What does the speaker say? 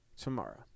tomorrow